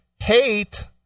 hate